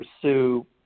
pursue